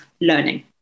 learning